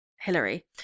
Hillary